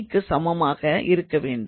க்கு சமமாக இருக்கவேண்டும்